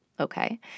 Okay